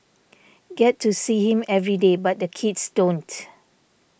get to see him every day but the kids don't